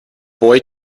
boy